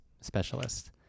specialist